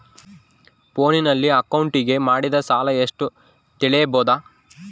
ಫೋನಿನಲ್ಲಿ ಅಕೌಂಟಿಗೆ ಮಾಡಿದ ಸಾಲ ಎಷ್ಟು ತಿಳೇಬೋದ?